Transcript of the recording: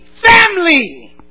family